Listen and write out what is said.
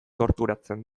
torturatzen